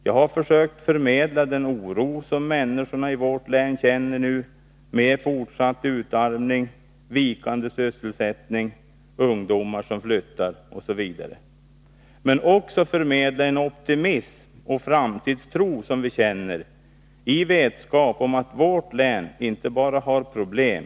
Jag har försökt förmedla den oro som människorna i vårt län känner nu, med fortsatt utarmning, vikande sysselsättning, ungdomar som flyttar osv., men också förmedla en optimism och framtidstro som vi känner, i vetskap om att vårt län inte bara har problem.